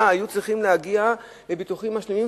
היו צריכים להגיע לביטוחים משלימים,